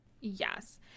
Yes